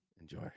enjoy